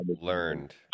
learned